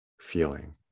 feeling